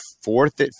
fourth